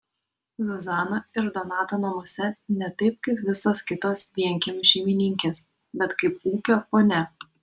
zuzana ir donato namuose ne taip kaip visos kitos vienkiemių šeimininkės bet kaip ūkio ponia